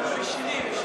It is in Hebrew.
אנחנו מישירים.